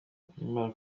nkimara